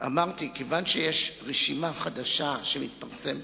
אמרתי, כיוון שיש רשימה חדשה שמתפרסמת,